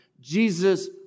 Jesus